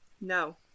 No